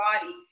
body